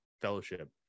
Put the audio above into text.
Fellowship